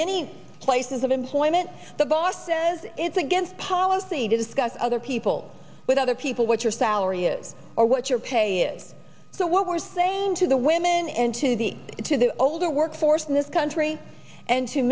many places of employment the boss says it's against policy to discuss other people with other people what your salary is or what your pay is so what we're saying to the women and to the to the older workforce in this country and t